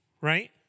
right